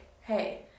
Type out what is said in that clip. Hey